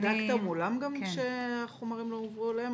בדקת מולם גם שהחומרים לא הועברו אליהם